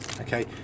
okay